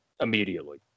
immediately